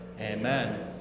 Amen